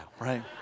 right